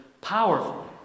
powerful